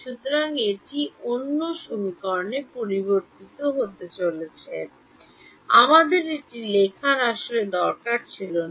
সুতরাং এটি হতে চলেছে আমাদের আসলে এটি লেখার দরকার ছিল না